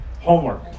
Homework